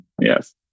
yes